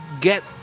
get